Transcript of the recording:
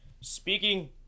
speaking